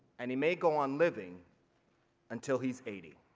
and he may go on living until he's eighty